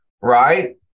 right